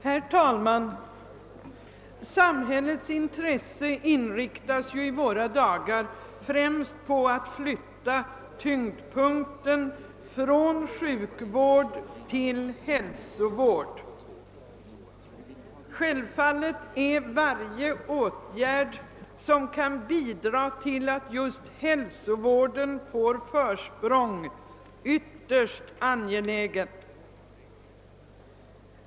Herr talman! Samhällets intresse inriktas ju i våra dagar främst på att flytta tyngdpunkten från sjukvård till hälsovård. Självfallet är varje åtgärd som kan bidra till att just hälsovården får försprång ytterst angelägen.